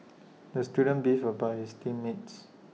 the student beefed about his team mates